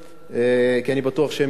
כי אני בטוח שהן יעברו,